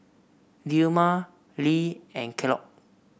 Dilmah Lee and Kellogg